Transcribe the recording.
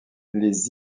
les